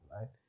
right